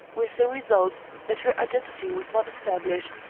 with the result that her identity was not established,